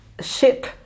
Ship